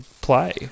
play